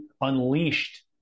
unleashed